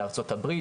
לארצות הברית,